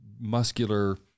muscular